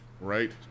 right